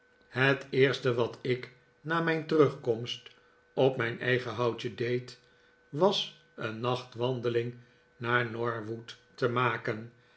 het eerste wat ik na mijn terugkomst op mijn eigen houtje deed was een nachtwandeling naar norwood te maken